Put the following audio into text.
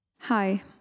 Hi